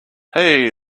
hey